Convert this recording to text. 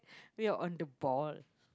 we are on the ball